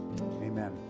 amen